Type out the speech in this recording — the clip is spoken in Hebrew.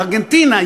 ארגנטינה,